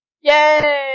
Yay